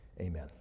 Amen